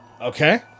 Okay